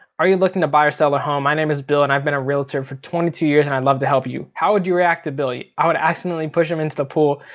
are you looking to buy or sell a home? my name is bill and i've been a realtor for twenty two years and i've love to help you. how would you react to billy? i would accidentally push him into the pool,